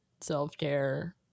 self-care